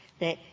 that,